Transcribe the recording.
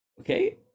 Okay